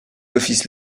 offices